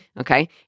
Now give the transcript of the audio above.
okay